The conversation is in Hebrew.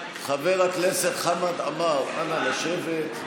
חבר הכנסת חמד עמאר, אנא, לשבת.